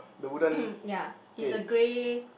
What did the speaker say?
ya it's a grey